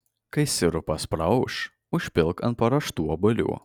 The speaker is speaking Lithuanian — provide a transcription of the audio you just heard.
kai sirupas praauš užpilk ant paruoštų obuolių